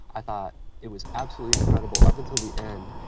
i thought it was absolutely incredible up until the end,